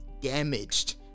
damaged